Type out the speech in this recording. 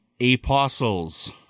Apostles